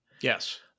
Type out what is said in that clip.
Yes